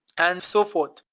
and so forth,